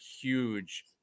huge